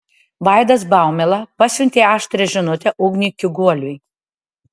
vaidas baumila pasiuntė aštrią žinutę ugniui kiguoliui